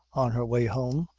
on her way home,